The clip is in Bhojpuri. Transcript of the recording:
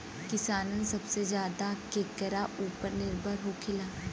किसान सबसे ज्यादा केकरा ऊपर निर्भर होखेला?